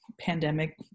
pandemic